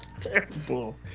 terrible